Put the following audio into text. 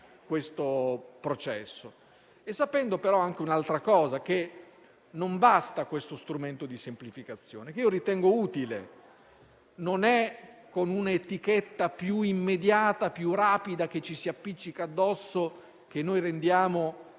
questo processo. Tutto ciò, però, anche sapendo che non basta questo strumento di semplificazione, che io ritengo utile: non è con un'etichetta più immediata e più rapida che ci si appiccica addosso che noi mettiamo